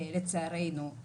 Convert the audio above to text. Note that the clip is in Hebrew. לצערנו,